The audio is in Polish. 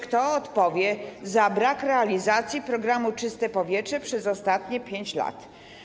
Kto odpowie za brak realizacji programu „Czyste powietrze” przez ostatnie 5 lat?